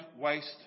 Waste